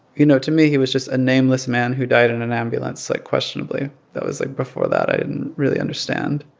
you know, to me, he was just a nameless man who died in an ambulance, like, questionably. that was like, before that, i didn't really understand